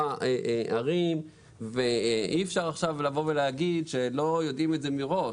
הערים ואי אפשר עכשיו לבוא ולהגיד שלא יודעים את זה מראש,